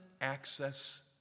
access